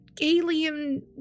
Alien